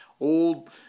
old